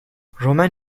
romen